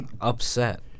Upset